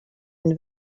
une